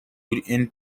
who